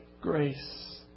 grace